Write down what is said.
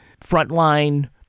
frontline